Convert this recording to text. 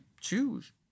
choose